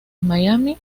miami